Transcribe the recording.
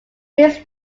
his